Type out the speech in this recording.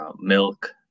milk